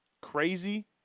crazy